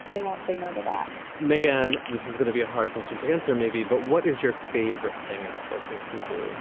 they won't say no to that megan, this is going to be a hard question to answer. maybe. but what is your favorite thing about working at the city?